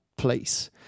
Place